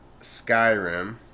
Skyrim